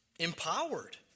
empowered